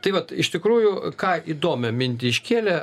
tai vat iš tikrųjų ką įdomią mintį iškėlė